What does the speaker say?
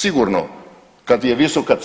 Sigurno kad je visoka